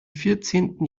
vierzehnten